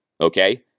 okay